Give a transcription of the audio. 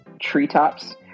treetops